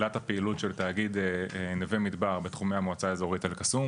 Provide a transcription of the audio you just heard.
לתחילת הפעילות של תאגיד נווה מדבר בתחומי המועצה האזורית אל-קסום,